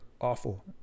awful